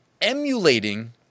emulating